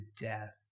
death